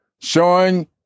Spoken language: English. showing